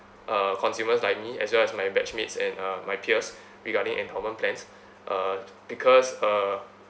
uh consumers like me as well as my batchmates and uh my peers regarding endowment plans uh because uh